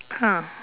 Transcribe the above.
!huh!